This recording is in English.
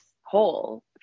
hole